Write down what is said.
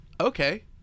Okay